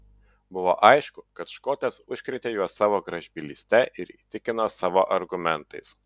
buvo aišku kad škotas užkrėtė juos savo gražbylyste ir įtikino savo argumentais